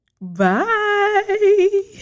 Bye